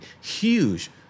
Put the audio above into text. huge